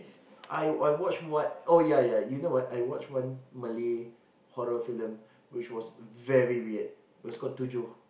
I I watch what oh ya ya you know what I watch one Malay horror film which was very weird it was called Tujuh